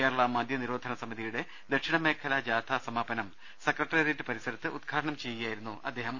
കേരള മദൃ നിരോധന സമിതിയുടെ ദക്ഷിണ മേഖലാ ജാഥ സമാപനം സെക്രട്ടേറിയറ്റ് പരിസരത്ത് ഉദ്ഘാടനം ചെയ്യുകയായിരുന്നു അദ്ദേഹം